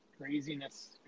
Craziness